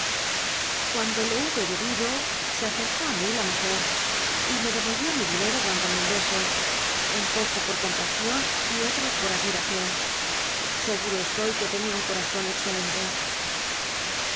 cuando lo hube bebido se acercó í mi la muje y me dci'oii'iú mi dineto dündome un beso un poco por compasion y ollo por admi tacion seguro ciltoy que tenia un cotazon excelente